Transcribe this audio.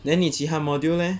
then 你其他 module leh